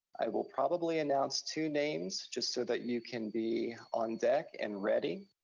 i will probably announce two names just so that you can be on deck and ready.